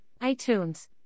iTunes